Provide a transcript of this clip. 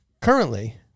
currently